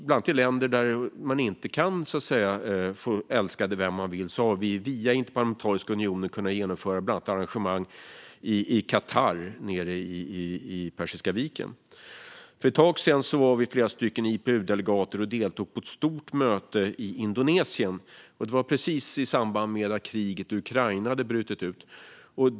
Bland annat i länder där man så att säga inte får älska den man vill har vi via Interparlamentariska unionen kunnat genomföra arrangemang, till exempel i Qatar i Persiska viken. För ett tag sedan var vi flera IPU-delegater som deltog på ett stort möte i Indonesien. Detta var precis i samband med att kriget i Ukraina hade brutit ut.